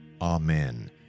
Amen